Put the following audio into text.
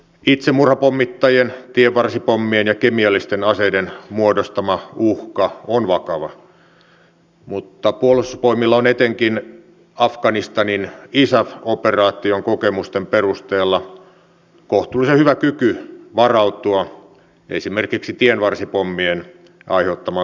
itsemurhapommittajien tienvarsipommien ja kemiallisten aseiden muodostama uhka on vakava mutta puolustusvoimilla on etenkin afganistanin isaf operaation kokemusten perusteella kohtuullisen hyvä kyky varautua esimerkiksi tienvarsipommien aiheuttamaan turvallisuusuhkaan